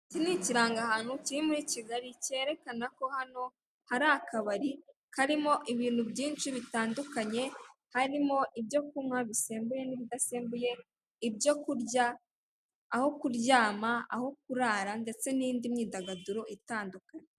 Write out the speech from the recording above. Iki ni ikirangahantu kiri muri Kigali kerekanako hano hari akabari, karimo ibintu byinshi bitandukanye, harimo ibyo kunywa bisembuye n'ibidasembuye, ibyo kurya, aho kuryama, aho kurara ndetse n'indi myidagaduro itandukanye.